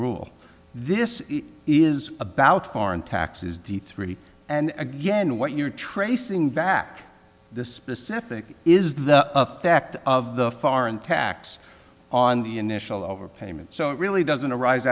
rule this is about foreign taxes d three and again what you are tracing back the specific is the effect of the foreign tax on the initial overpayment so it really doesn't arise